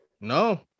No